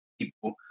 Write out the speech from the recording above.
people